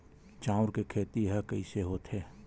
चांउर के खेती ह कइसे होथे?